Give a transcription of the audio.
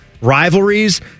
rivalries